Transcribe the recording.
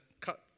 cut